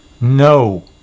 No